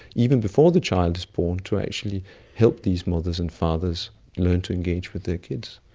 even before the child is born, to actually help these mothers and fathers learn to engage with their kids.